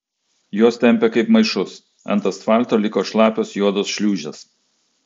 juos tempė kaip maišus ant asfalto liko šlapios juodos šliūžės